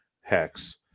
hex